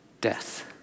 death